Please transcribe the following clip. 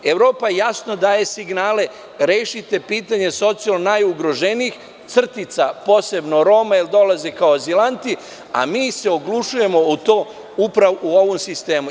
Evropa jasno daje signale – rešite pitanje socijalno najugroženijih – posebno Roma, jer dolaze kao azilanti, a mi se oglušujemo u to upravo u ovom sistemu.